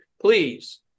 please